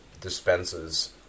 dispenses